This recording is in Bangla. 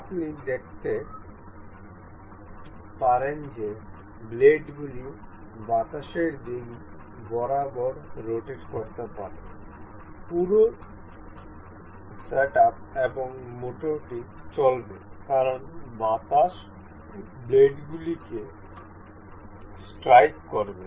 আপনি দেখতে পারেন যে ব্লেড গুলি বাতাসের দিক বরাবর রোটেট করতে পারে পুরো সেটআপ এবং মোটর টি চলবে কারণ বাতাস ব্লেডগুলিকে স্ট্রাইক করবে